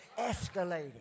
escalating